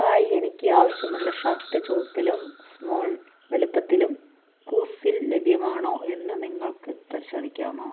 hi എനിക്ക് ആവശ്യമുള്ള shirt ചുവപ്പിലും സ്മോൾ വലുപ്പത്തിലും കൂവ്സിൽ ലഭ്യമാണോ എന്ന് നിങ്ങൾക്ക് പരിശോധിക്കാമോ